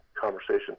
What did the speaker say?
conversation